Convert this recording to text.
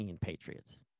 Patriots